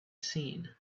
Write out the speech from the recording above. seen